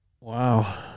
Wow